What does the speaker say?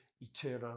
eternal